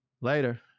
later